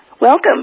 welcome